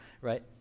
right